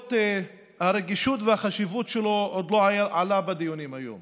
שלמרות הרגישות והחשיבות שלו עוד לא עלה בדיונים היום.